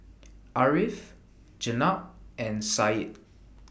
Ariff Jenab and Syed